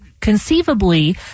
conceivably